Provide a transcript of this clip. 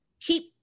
keep